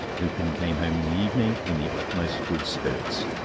lupin came home in the evening in the utmost good spirits.